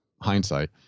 hindsight